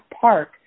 park